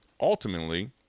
ultimately